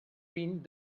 vint